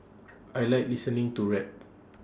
I Like listening to rap